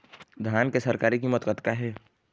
धान के सरकारी कीमत कतका हे?